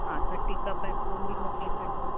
हा त ठीकु आहे कप ऐं स्पून बि मोकिले छॾो